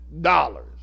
dollars